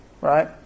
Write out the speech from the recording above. Right